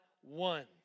one